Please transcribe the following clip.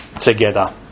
together